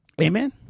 Amen